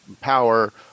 power